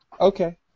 Okay